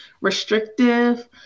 restrictive